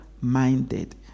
minded